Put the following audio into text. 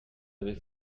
avez